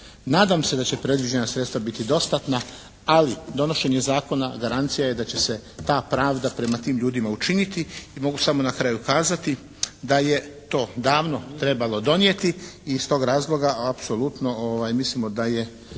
Nadam se da će predviđena sredstva biti dostatna ali donošenje zakona garancija je da će se ta pravda prema tim ljudima učiniti. I mogu samo na kraju kazati da je to davno trebalo donijeti i iz tog razloga apsolutno mislimo da je